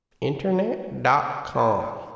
internet.com